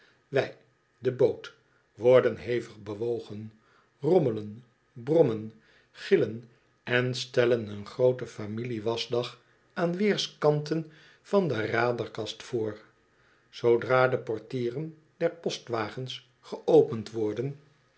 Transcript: wij de boot worden hevig bewogen rommelen brommen gillen en stellen een grooten familiewaschdag aan weerskanten van de raderkast voor zoodra de portieren derpostwagens geopend worden